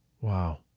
wow